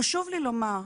חשוב לי לומר.